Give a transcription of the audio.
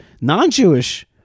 non-Jewish